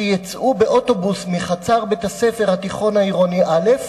שיצאו באוטובוס מחצר בית-הספר התיכון עירוני א',